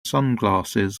sunglasses